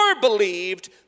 believed